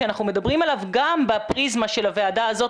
שאנחנו מדברים עליו גם בפריזמה של הוועדה הזאת,